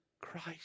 Christ